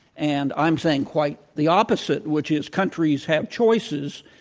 and i'm saying quite the opposite, which is countries have choices,